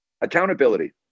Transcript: Accountability